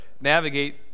navigate